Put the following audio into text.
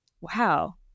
Wow